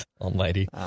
almighty